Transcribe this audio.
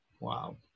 Wow